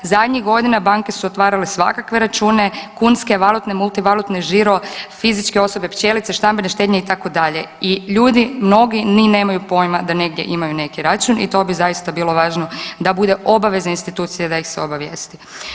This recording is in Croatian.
Zadnjih godina banke su otvarale svakakve račune, kunske valutne, multivalutne, žiro, fizičke osobe, pčelice, stambene štednje, itd. i ljudi mnogi ni nemaju pojma da negdje imaju neki račun i to bi zaista bilo važno da bude obaveza institucije da ih se obavijesti.